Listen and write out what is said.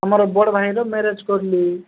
ଆମର ବଡ଼ ଭାଇର ମ୍ୟାରେଜ କଲି